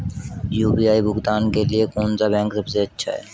UPI भुगतान के लिए कौन सा बैंक सबसे अच्छा है?